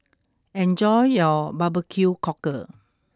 enjoy your Barbecue Cockle